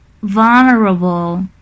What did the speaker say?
vulnerable